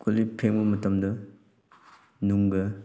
ꯀꯣꯜꯂꯤꯛ ꯐꯦꯡꯕ ꯃꯇꯝꯗ ꯅꯨꯡꯒ